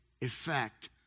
effect